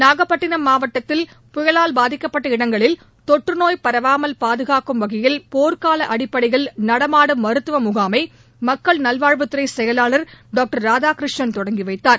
நாகப்பட்டினம் மாவட்டத்தில் புயலால் பாதிக்கப்பட்ட இடங்களில் தொற்று நோய் பரவாமல் பாதுகாக்கும் வகையில் போர்க்கால அடிப்படையில் நடமாடும் மருத்துவ முகாமை மக்கள் நல்வாழ்வுத் துறை செயலாளர் டாக்டர் ராதாகிருஷ்ணன் தொடங்கி வைத்தார்